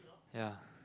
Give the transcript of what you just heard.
ya